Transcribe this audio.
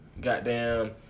Goddamn